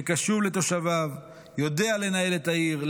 שקשוב לתושביו ויודע לנהל את העיר,